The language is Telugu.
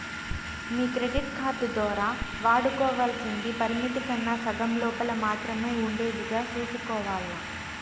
మీ కెడిట్ కార్డు దోరా వాడుకోవల్సింది పరిమితి కన్నా సగం లోపల మాత్రమే ఉండేదిగా సూసుకోవాల్ల